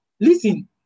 Listen